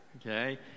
okay